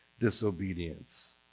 disobedience